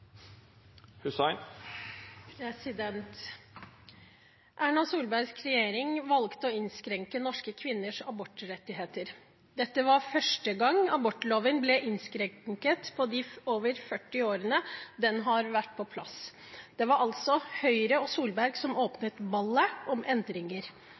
Erna Solbergs regjering valgte å innskrenke norske kvinners abortrettigheter. Dette var første gang abortloven ble innskrenket på de over 40 årene den har vært på plass. Det var altså Høyre og Solberg som åpnet ballet om endringer.